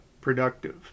productive